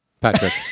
Patrick